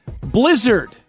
Blizzard